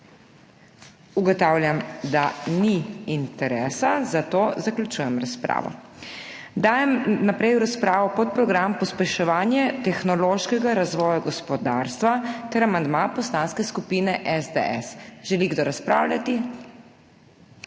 Ugotavljam, da ni interesa, zato zaključujem razpravo. Dajem naprej v razpravo podprogram Pospeševanje tehnološkega razvoja gospodarstva ter amandma Poslanske skupine SDS. Želi kdo razpravljati?